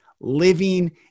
living